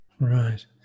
Right